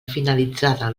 finalitzada